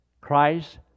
Christ